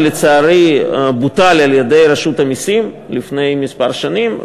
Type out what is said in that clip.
ולצערי הוא בוטל על-ידי רשות המסים לפני כמה שנים.